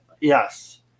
Yes